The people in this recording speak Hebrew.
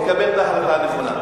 נקבל את ההחלטה הנכונה.